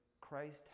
Christ